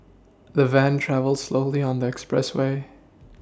the van travelled slowly on the expressway